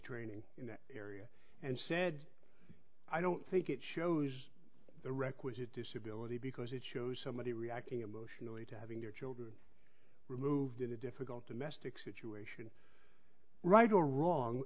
training in that area and said i don't think it shows the requisite disability because it shows somebody reacting emotionally to having their children removed in a difficult a mastic situation right or wrong